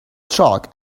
chalk